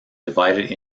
divided